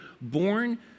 born